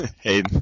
hey